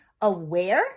aware